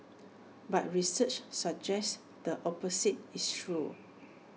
but research suggests the opposite is true